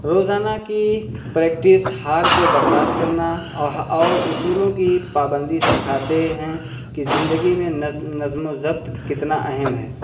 روزانہ کی پریکٹس ہار کو برداشت کرنا اور اور اصولوں کی پابندی سکھاتے ہیں کہ زندگی میں ظ نظم و ضبط کتنا اہم ہے